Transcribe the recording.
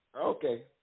Okay